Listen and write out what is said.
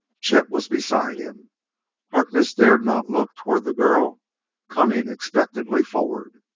chet was beside him harkness dared not look toward the girl coming expectantly forward.